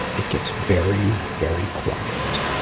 it gets very very quiet.